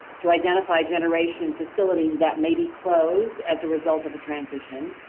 to identify generation facilities that may be closed as a result of a transition.